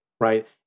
Right